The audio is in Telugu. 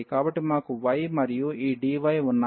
కాబట్టి మాకు y మరియు ఈ dy ఉన్నాయి